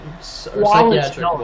psychiatric